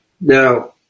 Now